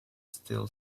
still